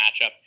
matchup